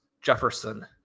Jefferson